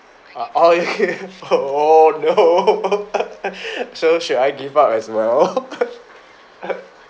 uh oh you oh no so should I give up as well